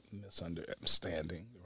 misunderstanding